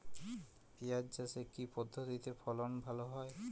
পিঁয়াজ চাষে কি পদ্ধতিতে ফলন ভালো হয়?